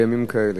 בימים כאלה.